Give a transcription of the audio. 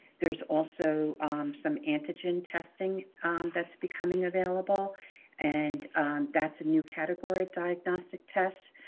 there's also some antigen testing that's becoming available and that's a new category of diagnostic tests.